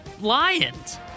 Lions